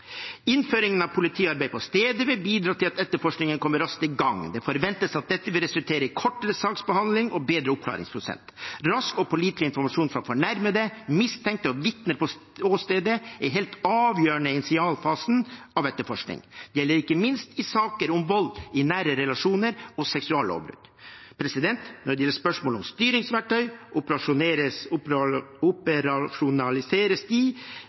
Innføringen av Politiarbeid på stedet vil bidra til at etterforskningen kommer raskt i gang. Det forventes at dette vil resultere i kortere saksbehandling og bedre oppklaringsprosent. Rask og pålitelig informasjon fra fornærmede, mistenkte og vitner på åstedet er helt avgjørende i initialfasen av etterforskningen. Det gjelder ikke minst i saker om vold i nære relasjoner og seksuallovbrudd. Når det gjelder spørsmålet om styringsverktøy, operasjonaliseres de politiske prioriteringene gjennom mål og krav i